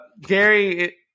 Gary